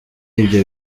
ibyo